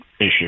issue